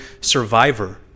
survivor